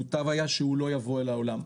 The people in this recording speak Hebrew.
מוטב היה שהוא לא היה בא אל העולם,